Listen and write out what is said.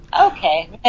okay